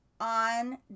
on